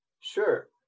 Sure